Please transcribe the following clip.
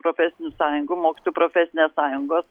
profesinių sąjungų mokytojų profesinės sąjungos